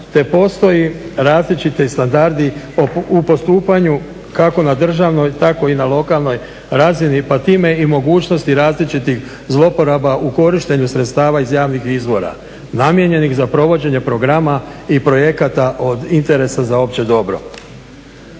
te postoje različiti standardi u postupanju kako na državnoj tako i na lokalnoj razini pa time i mogućnosti različitih zlouporaba u korištenju sredstava iz javnih izvora namijenjenih za provođenje programa i projekata od interesa za opće dobro.